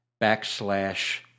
backslash